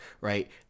right